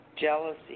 jealousy